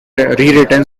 rewritten